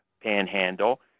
panhandle